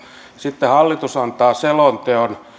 sitten hallitus antaa selonteon